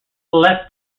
left